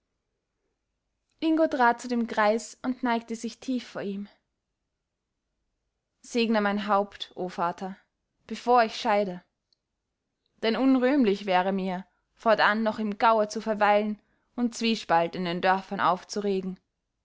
ingo trat zu dem greis und neigte sich tief vor ihm segne mein haupt o vater bevor ich scheide denn unrühmlich wäre mir fortan noch im gaue zu verweilen und zwiespalt in den dörfern aufzuregen